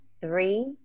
three